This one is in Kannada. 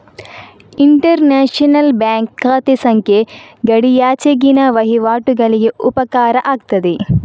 ಇಂಟರ್ ನ್ಯಾಷನಲ್ ಬ್ಯಾಂಕ್ ಖಾತೆ ಸಂಖ್ಯೆ ಗಡಿಯಾಚೆಗಿನ ವಹಿವಾಟುಗಳಿಗೆ ಉಪಕಾರ ಆಗ್ತದೆ